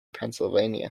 pennsylvania